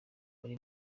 muri